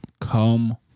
Come